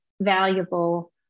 valuable